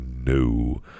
no